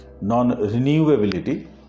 non-renewability